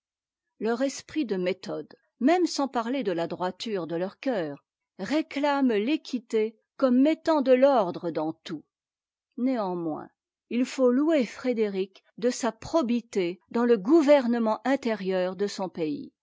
leur esprit de méthode même sans parler de la droiture de leur coeur réclame l'équité comme mettant de l'ordre dans tout néanmoins il faut louer frédéric de sa probité dans le gouvernement intérieur de son pays